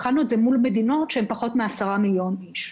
בחנו את זה מול מדינות שהן פחות מעשרה מיליון איש.